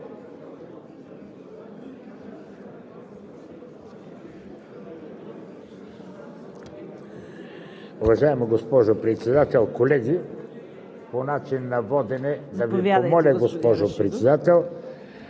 Уважаема госпожо Председател, колеги! По начина на водене. Да Ви помоля, госпожо Председател,